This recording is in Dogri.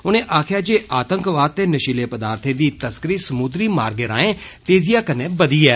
उन्हें आक्खेआ जे आतंकवाद ते नशीले पदार्थे दी तस्करी समुद्री मार्गे राऐं तेजिया कन्नै बद्दी ऐ